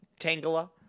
Tangela